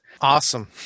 Awesome